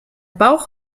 bauch